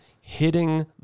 hitting